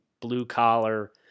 blue-collar